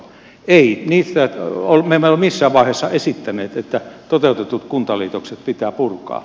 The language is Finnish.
me emme ole missään vaiheessa esittäneet että toteutetut kuntaliitokset pitää purkaa